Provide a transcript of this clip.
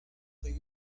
they